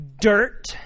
dirt